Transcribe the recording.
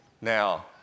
Now